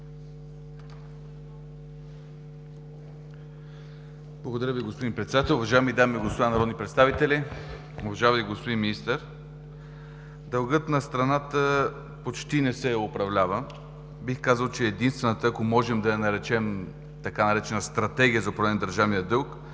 Благодаря Ви, господин Председател. Уважаеми дами и господа народни представители, уважаеми господин Министър! Дългът на страната почти не се управлява. Бих казал, че е единствената, ако можем да я наречем така „Стратегия за управление на държавния дълг“,